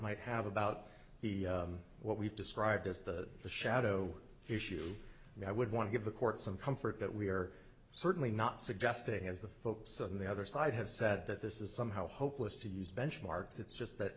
might have about the what we've described as the the shadow issue and i would want to give the court some comfort that we are certainly not suggesting as the folks on the other side have said that this is somehow hopeless to use benchmarks it's just that